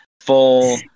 full